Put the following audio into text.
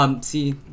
see